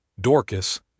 Dorcas